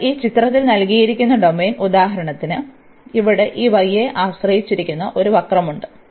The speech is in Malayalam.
നമുക്ക് ഈ ചിത്രത്തിൽ നൽകിയിരിക്കുന്ന ഡൊമെയ്ൻ ഉദാഹരണത്തിന് ഇവിടെ ഈ y യെ ആശ്രയിച്ചിരിക്കുന്ന ഒരു വക്രമുണ്ട്